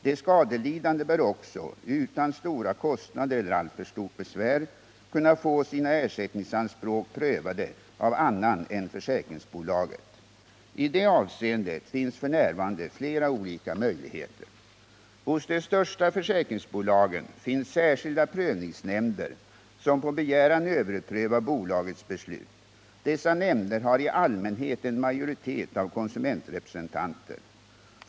De skadelidande bör också utan stora kostnader eller alltför stort besvär kunna få sina ersättningsanspråk prövade av annan än försäkringsbolaget. I det avseendet finns f. n. flera olika möjligheter. Hos de största försäkringsbolagen finns särskilda prövningsnämnder som på begäran överprövar bolagets beslut. Dessa nämnder har i allmänhet en majoritet av konsumentrepresentanter.